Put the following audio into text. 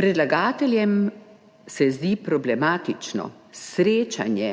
Predlagateljem se zdi problematično srečanje